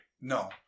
No